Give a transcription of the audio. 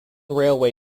railway